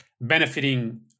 benefiting